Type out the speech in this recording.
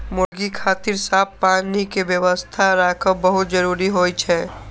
मुर्गी खातिर साफ पानी के व्यवस्था राखब बहुत जरूरी होइ छै